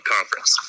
Conference